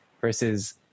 versus